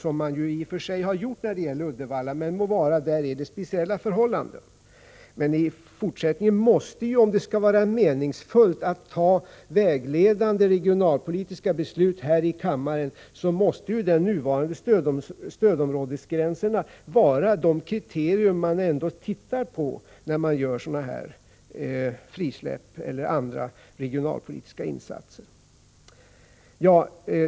I och för sig har man redan gjort det när det gäller Uddevalla — må vara, där är det speciella förhållanden. Om det skall vara meningsfullt att ta vägledande regionalpolitiska beslut här i kammaren i fortsättningen, måste dock de nuvarande stödområdesgränserna vara de kriterier man tittar på när man gör sådana här frisläpp eller andra regionalpolitiska insatser.